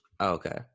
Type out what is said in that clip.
Okay